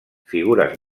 figures